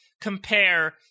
compare